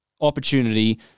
opportunity